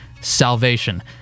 salvation